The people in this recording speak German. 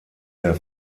der